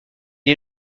est